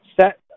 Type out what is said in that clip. Set